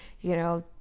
you know,